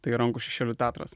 tai rankų šešėlių teatras